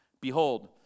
Behold